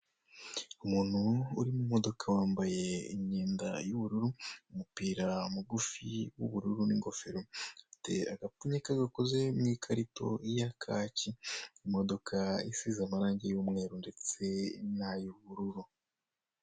Umuntu uri mu modoka wambaye imyenda y'ubururu umupira mugufi w'ubururu n'ingofero afite agapfunyika gakoze mu ikarito ya kaki imodoka isize amarange y'umweru ndetse n'ay'ubururu.